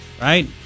Right